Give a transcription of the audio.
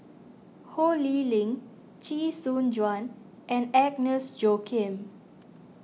Ho Lee Ling Chee Soon Juan and Agnes Joaquim